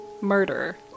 murder